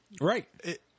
Right